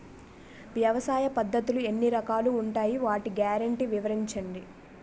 వ్యవసాయ పద్ధతులు ఎన్ని రకాలు ఉంటాయి? వాటి గ్యారంటీ వివరించండి?